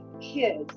kids